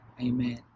amen